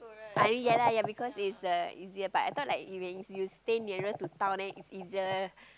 I mean yeah lah yeah lah because it's the easier part I thought like you can you stay nearer to town then it's easier